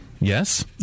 Yes